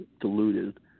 diluted